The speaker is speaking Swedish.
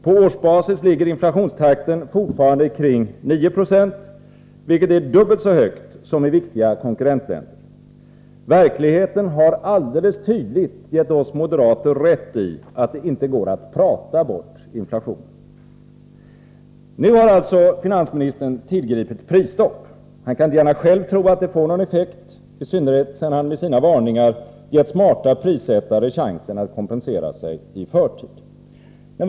På årsbasis ligger inflationstakten fortfarande kring 9 96, vilket är dubbelt så högt som i viktiga konkurrentländer. Verkligheten har alldeles tydligt gett oss moderater rätt i att det inte går att prata bort inflationen. Nu har alltså finansministern tillgripit prisstopp. Han kan inte gärna själv tro att det får någon effekt, i synnerhet sedan han med sina varningar gett smarta prissättare chansen att kompensera sig i förtid.